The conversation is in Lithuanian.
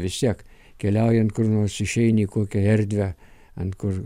vis tiek keliaujant kur nors išeini į kokią erdvę ant kur